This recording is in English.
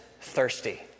thirsty